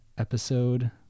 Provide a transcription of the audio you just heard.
episode